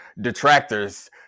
detractors